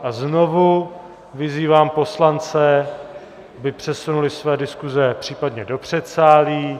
A znovu vyzývám poslance, aby přesunuli své diskuse případně do předsálí!